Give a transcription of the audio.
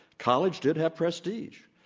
college did have prestige.